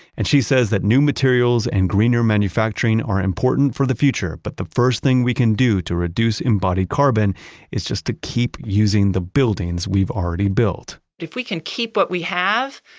and she says that new materials and greener manufacturing are important for the future, but the first thing we can do to reduce embodied carbon is just to keep using the buildings we've already built. if we can keep what we have,